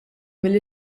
mill